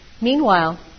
Meanwhile